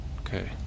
Okay